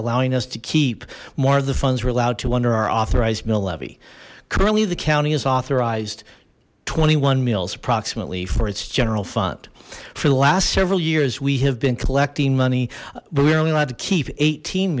allowing us to keep more of the funds were allowed to under our authorized mill levy currently the county has authorized twenty one mills approximately for its general fund for the last several years we have been collecting money we are only allowed to keep eighteen